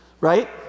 right